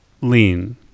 lean